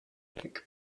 pig